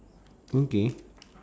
okay